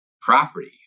property